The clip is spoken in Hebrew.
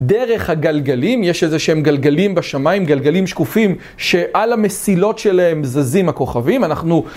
דרך הגלגלים, יש איזה שהם גלגלים בשמיים, גלגלים שקופים שעל המסילות שלהם זזים הכוכבים, אנחנו...